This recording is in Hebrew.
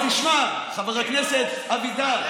אבל תשמע, חבר הכנסת אבידר.